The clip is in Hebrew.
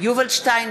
יובל שטייניץ,